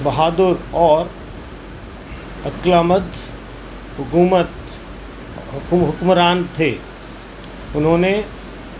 بہادر اور عقل مند حکومت حکمران تھے انہوں نے